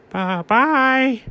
Bye-bye